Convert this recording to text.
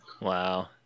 Wow